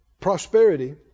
Prosperity